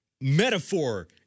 metaphor